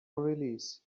release